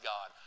God